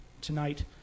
tonight